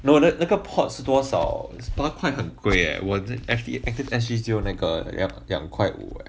no that 那个 port 是多少十八块很贵 eh F_G S_G deal 那个两两块五 eh